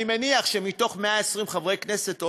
אני מניח שמתוך 120 חברי כנסת,